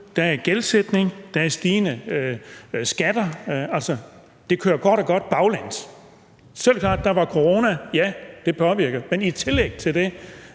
der er gældsætning, at der er stigende skatter. Det kører kort og godt baglæns. Så er det klart, at der var corona, og ja, det påvirkede, men i tillæg til det